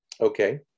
Okay